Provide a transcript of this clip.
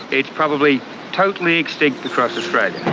it's probably totally extinct across australia.